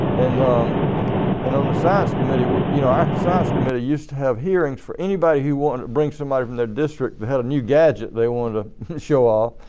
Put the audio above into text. and um and on the science committee, you know our science committee used to have hearings for anybody who wanted to bring somebody from their district who had a new gadget they wanted to show off.